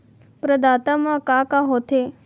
प्रदाता मा का का हो थे?